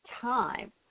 time